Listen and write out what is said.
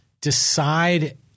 decide